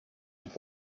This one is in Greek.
είπε